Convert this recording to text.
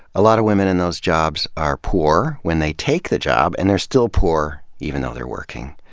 a lot of women in those jobs are poor when they take the job, and they're still poor even though they're working.